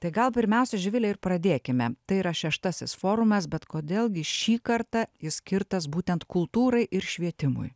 tai gal pirmiausia živile ir pradėkime tai yra šeštasis forumas bet kodėl gi šį kartą jis skirtas būtent kultūrai ir švietimui